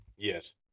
Yes